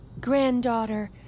granddaughter